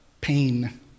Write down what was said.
pain